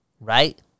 Right